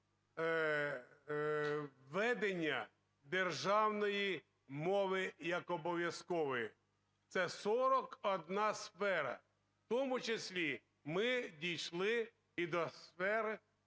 введення державної мови як обов'язкової. Це 41 сфера. В тому числі ми дійшли і до сфери